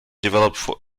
developed